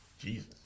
Jesus